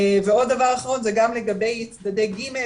ועוד דבר אחרון זה גם לגבי צדדי ג',